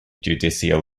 judicial